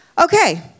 Okay